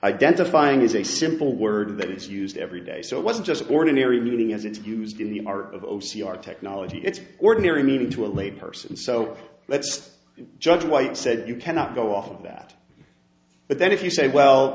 identifying is a simple word that it's used every day so it wasn't just ordinary living as it's used in the art of o c r technology it's ordinary meaning to a layperson so let's judge white said you cannot go off of that but then if you say well